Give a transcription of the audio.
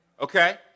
okay